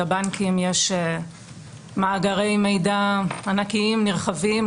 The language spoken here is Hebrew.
לבנקים יש מאגרי מידע ענקיים נרחבים,